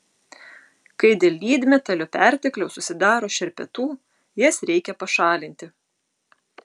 kai dėl lydmetalio pertekliaus susidaro šerpetų jas reikia pašalinti